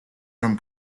from